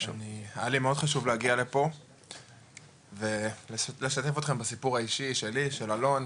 היה לי מאוד חשוב להגיע לפה ולשתף אתכם בסיפור האישי שלי ושל אלון,